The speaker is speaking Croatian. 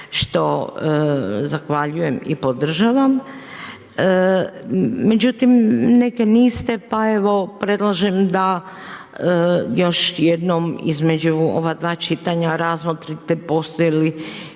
što zahvaljujem i podržavam, međutim neke niste pa evo, predlažem da još jednom između ova dva čitanja razmotrite postoje li